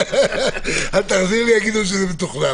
אל תחזיר לי, יגידו שזה מתוכנן.